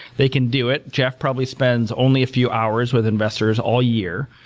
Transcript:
they can do it. jeff probably spends only a few hours with investors all year,